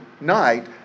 night